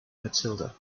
matilda